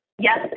yes